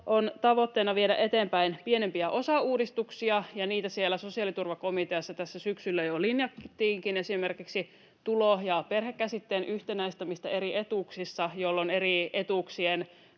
on tavoitteena viedä eteenpäin pienempiä osauudistuksia, ja niitä siellä sosiaaliturvakomiteassa tässä syksyllä jo linjattiinkin, esimerkiksi tulo- ja perhekäsitteen yhtenäistämistä eri etuuksissa, jolloin eri etuuksien